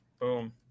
Boom